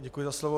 Děkuji za slovo.